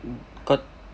kau